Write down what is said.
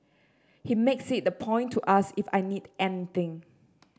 he makes it a point to ask if I need anything